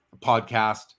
podcast